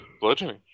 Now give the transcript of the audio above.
bludgeoning